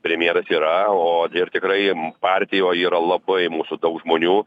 premjeras yra o ir tikrai partijoj yra labai mūsų daug žmonių